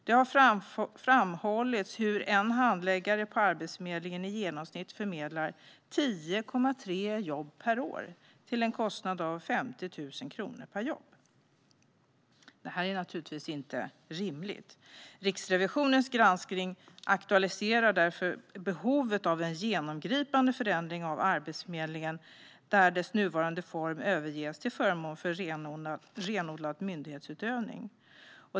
Det har framhållits hur en handläggare på Arbetsförmedlingen i genomsnitt förmedlar 10,3 jobb per år till en kostnad av 50 000 kronor per jobb. Detta är naturligtvis inte rimligt. Riksrevisionens granskning aktualiserar därför behovet av en genomgripande förändring av Arbetsförmedlingen där dess nuvarande form överges till förmån för renodlad myndighetsutövning.